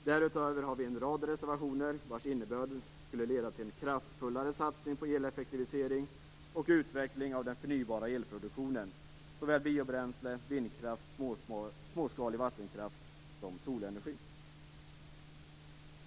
Därutöver har vi en rad reservationer, vilkas innebörd skulle leda till en kraftfullare satsning på eleffektivisering och utveckling av den förnybara elproduktionen - biobränsle, vindkraft, småskalig vattenkraft och solenergi.